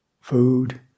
food